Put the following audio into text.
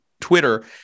Twitter